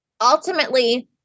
ultimately